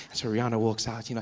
so rihanna walks out. you know